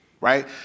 right